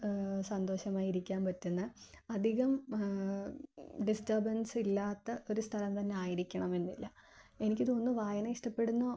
സന്തോഷമായിരിക്കാൻ പറ്റുന്ന അധികം ഡിസ്റ്റർബൻസ്സില്ലാത്ത ഒരു സ്ഥലം തന്നെയായിയ്ക്കണമെന്നില്ല എനിക്ക് തോന്നുന്നു വായന ഇഷ്ടപ്പെടുന്ന